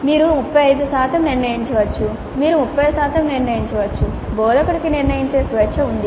మీరు 35 శాతం నిర్ణయించవచ్చు మీరు 30 శాతం నిర్ణయించవచ్చు బోధకుడికి నిర్ణయించే స్వేచ్ఛ ఉంది